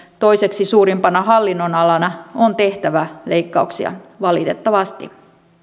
toiseksi suurimpana hallinnonalana on tehtävä leikkauksia valitettavasti